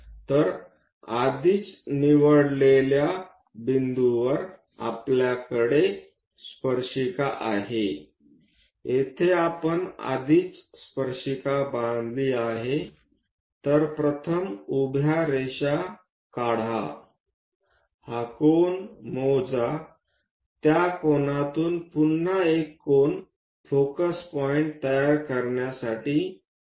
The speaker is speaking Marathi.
तर आधीच निवडलेल्या बिंदूवर आपल्याकडे स्पर्शिका आहे येथे आपण आधीच स्पर्शिका बांधली आहेत तर प्रथम उभ्या रेषा काढा हा कोन मोजा त्या कोनातून पुन्हा एक कोन फोकस पॉईंट तयार करण्यासाठी काढा